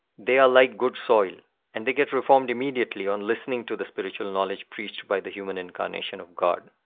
they are like good soil and they get reformed immediately on listening to the spiritual knowledge preached by the human incarnation of god.